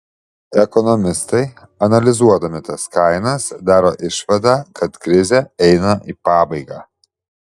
ekonomistai analizuodami tas kainas daro išvadą kad krizė eina į pabaigą